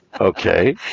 Okay